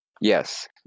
Yes